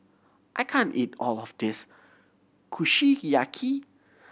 I can't eat all of this Kushiyaki